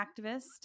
activist